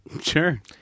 Sure